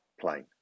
plane